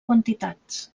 quantitats